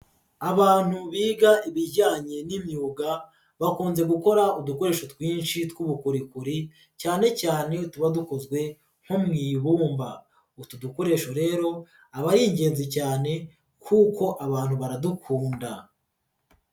Abantu biga ibijyanye n'imyuga bakunze gukora udukoresho twinshi tw'ubukorikori cyane cyane tuba dukozwe nko mu ibumba, utu dukoresho rero aba ari ingenzi cyane kuko abantu baradukunda.